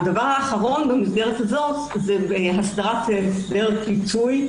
הדבר האחרון במסגרת הזאת הוא הסדרת הסדר פיצוי,